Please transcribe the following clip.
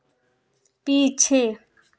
पीछे